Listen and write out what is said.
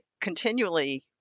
continually